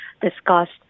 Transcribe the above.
discussed